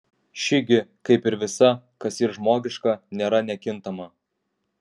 ši gi kaip ir visa kas yr žmogiška nėra nekintama